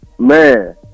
Man